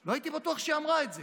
לא הייתי בטוח שהיא אמרה את זה.